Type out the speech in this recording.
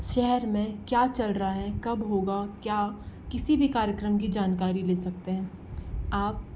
शहर में क्या चल रहा है कब होगा क्या किसी भी कार्यक्रम की जानकारी ले सकते हैं आप